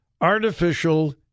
artificial